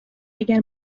اگر